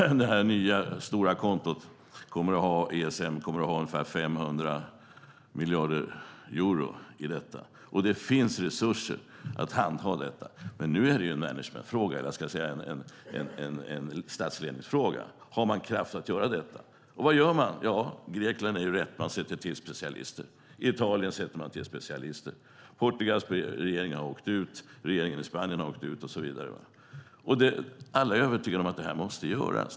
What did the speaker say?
Det nya kontot, ESM, kommer att ha ungefär 500 miljarder euro, och det finns resurser att handha detta. Men nu är det en statsledningsfråga. Har man kraft att göra detta? Grekland och Italien gör rätt och sätter till specialister. Portugals och Spaniens regeringar har åkt ut. Alla är övertygade om att detta måste göras.